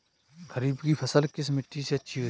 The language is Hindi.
खरीफ की फसल किस मिट्टी में अच्छी होती है?